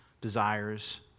desires